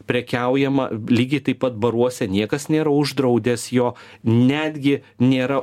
prekiaujama lygiai taip pat baruose niekas nėra uždraudęs jo netgi nėra